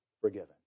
forgiven